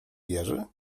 jerzy